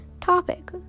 Topic